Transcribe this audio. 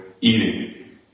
eating